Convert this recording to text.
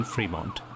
Fremont